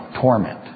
torment